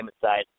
side